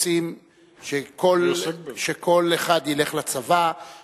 רוצים שכל אחד ילך לצבא,